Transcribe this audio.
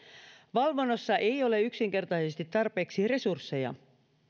valvonnassa ei ole yksinkertaisesti tarpeeksi resursseja